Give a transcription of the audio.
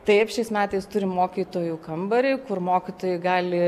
taip šiais metais turim mokytojų kambarį kur mokytojai gali